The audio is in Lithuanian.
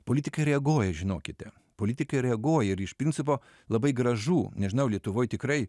politikai reaguoja žinokite politikai reaguoja ir iš principo labai gražu nežinau lietuvoj tikrai